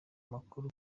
amakuru